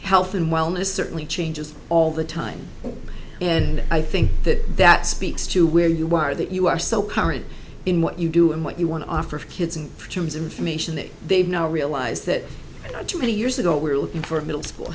health and wellness certainly changes all the time and i think that that speaks to where you are that you are so current in what you do and what you want to offer kids in terms of information that they've now realised that too many years ago we were looking for a middle school